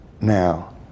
now